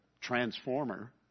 transformer